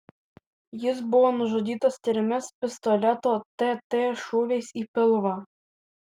jis buvo nužudytas trimis pistoleto tt šūviais į pilvą